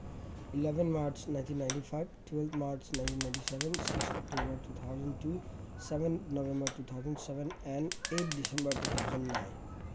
eleven March nineteen ninety five twelve March nineteen ninety seven six October two thousand two seven November two thousand seven and eight December two thousand nine